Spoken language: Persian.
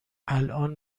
الان